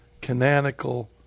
canonical